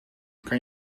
kan